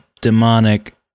demonic